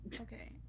Okay